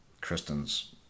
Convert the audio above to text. Kristen's